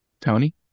Tony